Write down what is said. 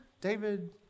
David